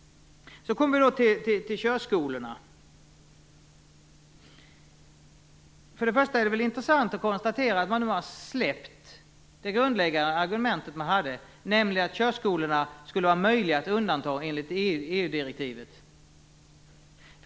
Så kommer vi då till frågan om körskolorna. Först och främst är det intressant att konstatera att man nu har släppt det grundläggande argument man hade, nämligen att körskolorna skulle vara möjliga att undanta enligt EU-direktivet.